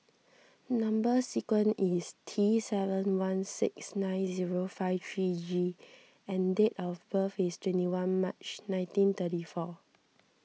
Number Sequence is T seven one six nine zero five three G and date of birth is twenty one March nineteen thirty four